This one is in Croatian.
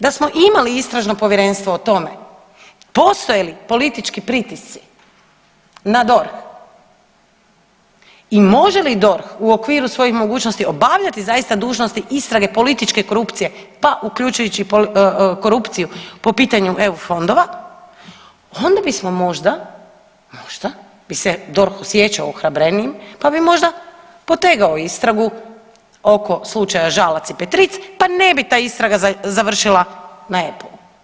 Da smo imali istražno povjerenstvo o tome postoje li politički pritisci na DORH i može li DORH u okviru svojih mogućnosti obavljati zaista dužnosti istrage političke korupcije, pa uključujući i korupciju po pitanju EU fondova, onda bismo možda, možda bi se DORH osjećao ohrabrenijim, pa bi možda potegao istragu oko slučaja Žalac i Petric pa ne bi ta istraga završila na EPPU.